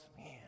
man